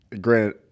Granted